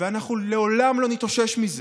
ואנחנו לעולם לא נתאושש מזה.